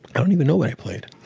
i don't even know what i played.